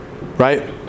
Right